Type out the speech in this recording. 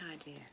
idea